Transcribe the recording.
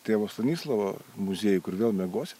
tėvo stanislovo muziejų kur vėl miegos